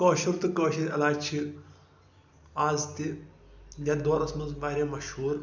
کٲشُر تہٕ کٲشِر علاج چھِ آز تہِ یَتھ دورَس منٛز واریاہ مشہوٗر